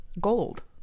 gold